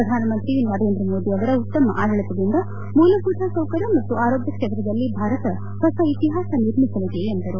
ಶ್ರಧಾನಮಂತ್ರಿ ನರೇಂದ್ರ ಮೋದಿಯವರ ಉತ್ತಮ ಆಡಳಿತದಿಂದ ಮೂಲಭೂತ ಸೌಕರ್ಯ ಮತ್ತು ಆರೋಗ್ಯ ಕ್ಷೇತ್ರದಲ್ಲಿ ಭಾರತ ಹೊಸ ಇತಿಹಾಸ ನಿರ್ಮಿಸಲಿದೆ ಎಂದರು